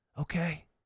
Okay